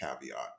caveat